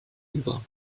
über